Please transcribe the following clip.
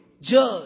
judge